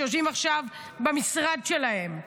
שיושבים עכשיו במשרד שלהם,